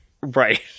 Right